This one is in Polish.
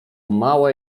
małe